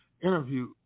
interview